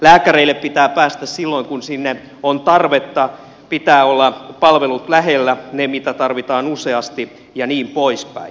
lääkäreille pitää päästä silloin kun sinne on tarvetta pitää olla palvelut lähellä ne mitä tarvitaan useasti ja niin poispäin